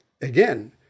again